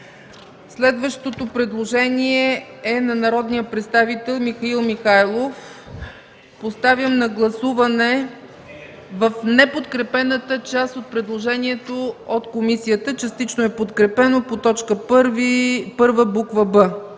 Следващото предложение е на народния представител Михаил Михайлов. Поставям на гласуване в неподкрепената част от предложението от комисията – частично е подкрепено по т. 1, буква